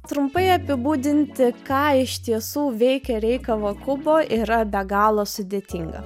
trumpai apibūdinti ką iš tiesų veikia rei kavakubo yra be galo sudėtinga